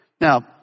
Now